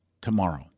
tomorrow